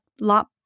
lot